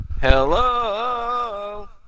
Hello